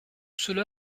cela